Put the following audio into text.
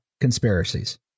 conspiracies